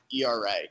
ERA